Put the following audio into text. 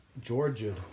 Georgia